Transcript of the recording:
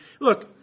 Look